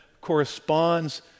corresponds